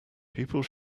people